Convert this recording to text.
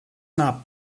not